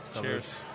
Cheers